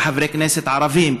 כחברי כנסת ערבים,